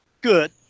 good